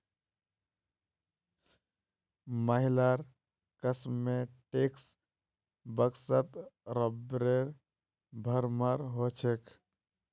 महिलार कॉस्मेटिक्स बॉक्सत रबरेर भरमार हो छेक